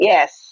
Yes